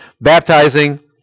Baptizing